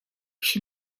się